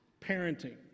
parenting